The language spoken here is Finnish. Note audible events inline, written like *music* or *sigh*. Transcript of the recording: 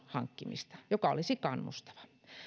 *unintelligible* hankkimista ja joka olisi kannustava